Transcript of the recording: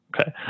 Okay